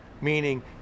Meaning